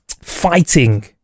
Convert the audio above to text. fighting